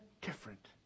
different